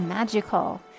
Magical